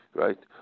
right